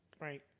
Right